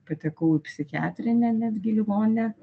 patekau į psichiatrinę netgi ligoninę